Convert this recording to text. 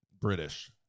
British